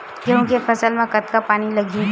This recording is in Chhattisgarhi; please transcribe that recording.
गेहूं के फसल म कतका पानी लगही?